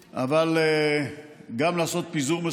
אבל החוק מחייב את המדינה לתת פתרון בכל תרחיש.